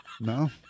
No